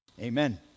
Amen